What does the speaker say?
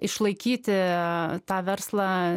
išlaikyti tą verslą